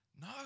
no